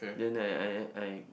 then I I I